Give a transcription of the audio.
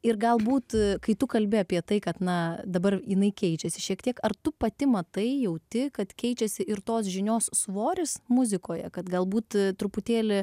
ir galbūt kai tu kalbi apie tai kad na dabar jinai keičiasi šiek tiek ar tu pati matai jauti kad keičiasi ir tos žinios svoris muzikoje kad galbūt truputėlį